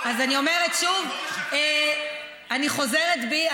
אז אני אומרת שוב, אני חוזרת בי.